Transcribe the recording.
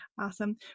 Awesome